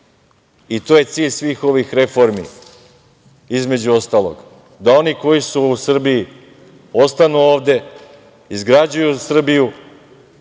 je cilj svih ovih reformi, između ostalog, da oni koji su u Srbiji ostanu ovde, izgrađuju Srbiju,